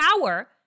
power